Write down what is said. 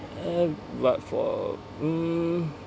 uh but for mm